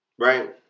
Right